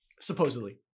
Supposedly